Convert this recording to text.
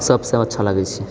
सबसँ अच्छा लागैछेै